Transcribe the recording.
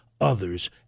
others